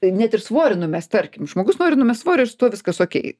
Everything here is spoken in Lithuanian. net ir svorį numest tarkim žmogus nori numest svorio ir tuo viskas okei